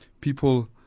people